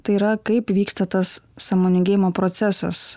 tai yra kaip vyksta tas sąmoningėjimo procesas